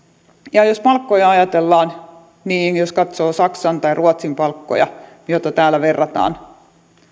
jos palkkoja ajatellaan niin jos katsoo saksan tai ruotsin palkkoja joihin täällä verrataan